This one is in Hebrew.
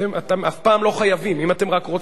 אתם אף פעם לא חייבים, רק אם אתם רוצים.